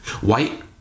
white